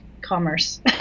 commerce